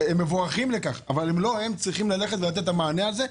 הם מבורכים על כך אבל לא הם צריכים לתת את המענה הזה.